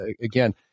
again